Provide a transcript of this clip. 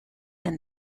and